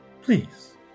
please